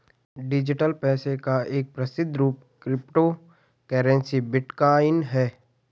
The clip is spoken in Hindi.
डिजिटल पैसे का एक प्रसिद्ध रूप क्रिप्टो करेंसी बिटकॉइन है